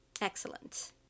Excellent